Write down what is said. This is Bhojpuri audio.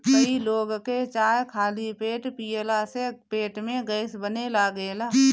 कई लोग के चाय खाली पेटे पियला से पेट में गैस बने लागेला